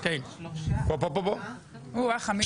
אני עובר להצבעה.